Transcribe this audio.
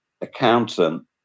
accountant